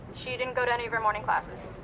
she didn't go to any of her morning classes.